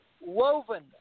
woven